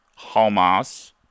Hamas